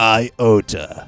iota